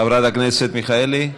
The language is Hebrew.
חברת הכנסת מיכאלי?